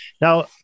Now